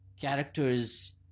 characters